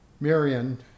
Marion